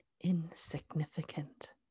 insignificant